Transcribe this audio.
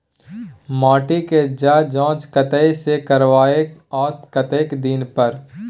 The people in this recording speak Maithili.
माटी के ज जॉंच कतय से करायब आ कतेक दिन पर?